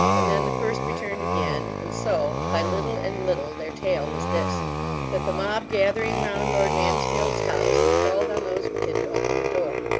and then the first returned again, and so, by little and little, their tale was this that the mob gathering round lord mansfield's house, had called on those within to open the door,